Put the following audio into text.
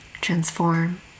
transform